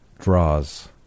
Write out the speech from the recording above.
draws